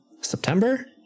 September